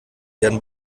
werden